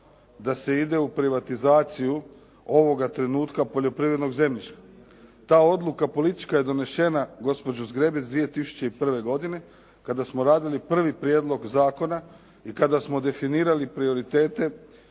da se ide u privatizaciju ovoga trenutka poljoprivrednog zemljišta. Ta odluka politička je donesena, gospođo Zgrebec 2001. godine kada smo radili prvi prijedlog zakona i kada smo definirali prioritete